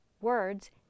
words